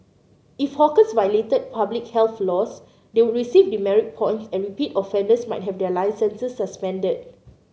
if hawkers violated public health laws they would receive demerit points and repeat offenders might have their licences suspended